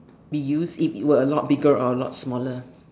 be used if it were a lot bigger or a lot smaller